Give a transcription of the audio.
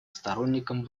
сторонником